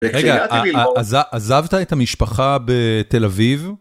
רגע, עזבת את המשפחה בתל אביב?